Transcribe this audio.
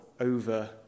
over